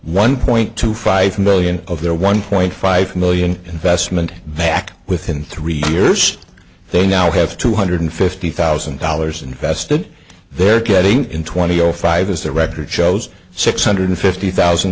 one point two five million of their one point five million investment back within three years they now have two hundred fifty thousand dollars invested they're getting in twenty zero five as the record shows six hundred fifty thousand